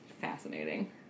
fascinating